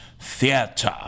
Theater